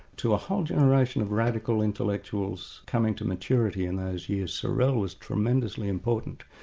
to a whole generation of radical intellectuals coming to maturity in those years, sorel was tremendously important,